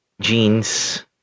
Jeans